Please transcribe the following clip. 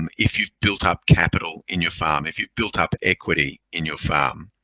um if you've built up capital in your farm. if you've built up equity in your farm.